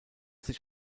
sich